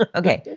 ah ok,